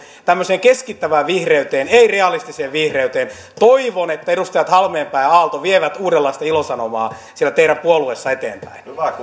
tämmöiseen keskittävään vihreyteen ei realistiseen vihreyteen toivon että edustajat halmeenpää ja aalto viette uudenlaista ilosanomaa siellä teidän puolueessanne eteenpäin